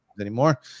anymore